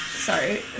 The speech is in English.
Sorry